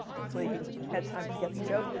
hopefully, you've had time to get the joke.